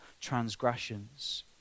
transgressions